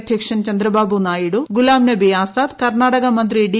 അധ്യക്ഷൻ ചന്ദ്രബാബു നായിഡു ഗുലാംനബി ആസാദ് കർണ്ണാടക മന്ത്രി ഡി